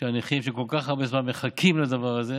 כדי שהנכים, שכל כך הרבה זמן מחכים לדבר הזה,